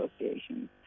associations